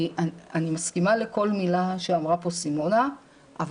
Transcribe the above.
אני מסכימה לכל מילה שאמרה פה סימונה אבל